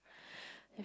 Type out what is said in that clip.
that's true